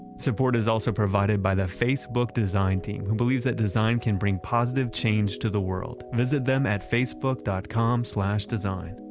support is also provided by the facebook design team who believes that design can bring positive change to the world. visit them at facebook dot com slash design.